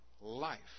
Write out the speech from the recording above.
life